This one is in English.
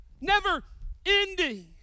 never-ending